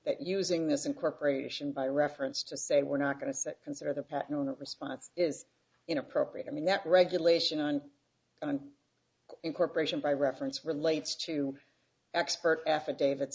using this incorporation by reference to say we're not going to set consider the patent on a response is inappropriate i mean that regulation on incorporation by reference relates to expert affidavit